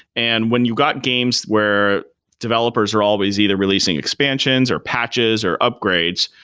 and when you got games where developers are always either releasing expansions, or patches, or upgrades,